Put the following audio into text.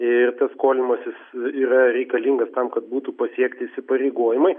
ir tas skolinimasis yra reikalingas tam kad būtų pasiekti įsipareigojimai